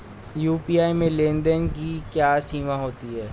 UPI में लेन देन की क्या सीमा होती है?